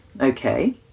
okay